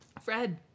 Fred